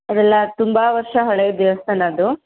ಅದೆಲ್ಲ ತುಂಬ ವರ್ಷ ಹಳೆಯ ದೇವಸ್ಥಾನ ಅದು